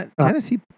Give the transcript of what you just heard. tennessee